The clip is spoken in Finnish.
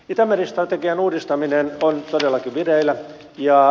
itämeri strategian uudistaminen on todellakin vireillä